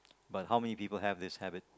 but how many people have this habit